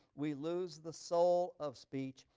we lose the soul of speech,